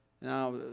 Now